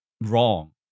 wrong